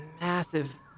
massive